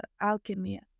alchemy